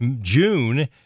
June